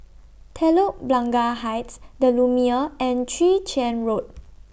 Telok Blangah Heights The Lumiere and Chwee Chian Road